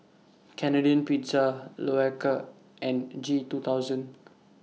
Canadian Pizza Loacker and G two thousand